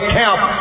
camp